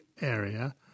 area